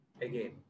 again